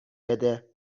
بده